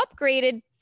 upgraded